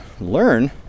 learn